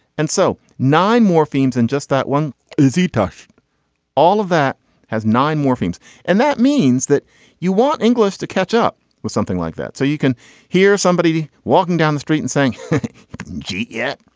and so nine morphemes in just that one ze touch all of that has nine morphemes and that means that you want english to catch up with something like that. so you can hear somebody walking down the street and saying gee yeah.